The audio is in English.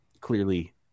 clearly